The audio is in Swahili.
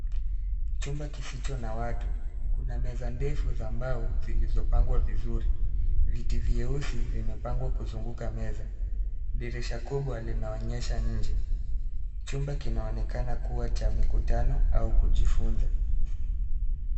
Chumba kisicho na watu. Kuna meza ndefu za mbao zilizopangwa vizuri. Viti vyeusi vimepangwa kuzunguka meza. Dirisha kubwa linaonyesha nje. Chumba kinaonekana kuwa cha mikutano au kujifunza.